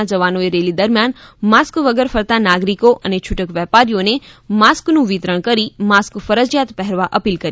ના જવાનોએ રેલી દરમિયાન માસ્ક વગર ફરતા નાગરિકો અને છુટક વેપારીઓને માસ્કનું વિતરણ કરી માસ્ક ફરજિયાત પેહરવા અપીલ કરી